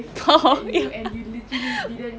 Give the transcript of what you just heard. call you